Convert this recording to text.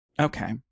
Okay